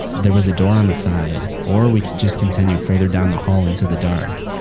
there was a door on the side, or we could just continue further down the hall into the dark.